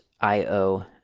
IO